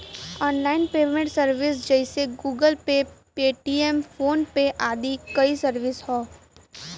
online payment service जइसे Google Pay, Paytm, PhonePe आदि कई सर्विस हौ